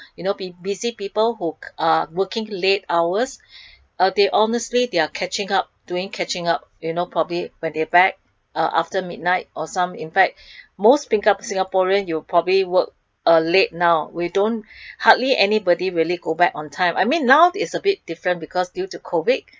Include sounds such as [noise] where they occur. [breath] you know busy people who uh working late hours [breath] uh they honestly they are catching doing catching up you know probably when they back uh after midnight or some in fact uh most singa~ singaporean you probably work uh late now we don't [breath] hardly anybody really go back on time I mean now is a bit different because due to the COVID [breath]